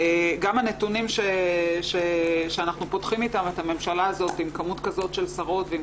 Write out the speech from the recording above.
גם הנתונים שאנחנו פותחים איתם את הממשלה הזאת עם כמות כזאת של שרות ועם